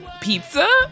pizza